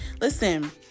Listen